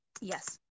Yes